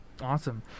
Awesome